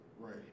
Right